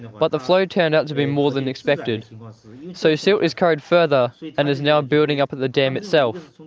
but the flow turned out to be more than expected. so silt so is carried further and is now building up at the dam itself.